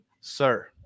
sir